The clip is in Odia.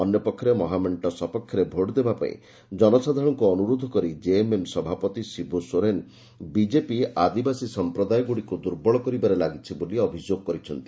ଅନ୍ୟପକ୍ଷରେ ମହାମେଣ୍ଟ ସପକ୍ଷରେ ଭୋଟ ଦେବା ପାଇଁ ଜନସାଧାରଣଙ୍କୁ ଅନୁରୋଧ କରି ଜେଏମଏମ୍ ସଭାପତି ଶିବୁ ସୋରେନ୍ ବିଜେପି ଆଦିବାସୀ ସମ୍ପ୍ରଦାୟ ଗୁଡିକୁ ଦୁର୍ବଳ କରିବାରେ ଲାଗିଛି ବୋଲି ଅଭିଯୋଗ କରିଛନ୍ତି